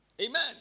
Amen